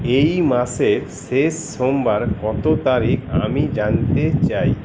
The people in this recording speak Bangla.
এই মাসের শেষ সোমবার কত তারিখ আমি জানতে চাই